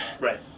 right